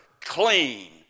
clean